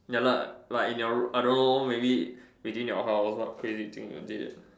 ya lah like you in your I don't know maybe within your house what crazy thing you did